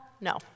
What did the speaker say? no